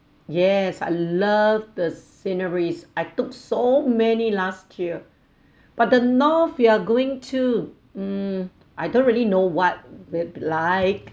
yes I love the sceneries I took so many last year but the north we're going to um I don't really know what they like